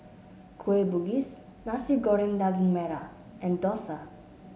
Kueh Bugis Nasi Goreng Daging Merah and Dosa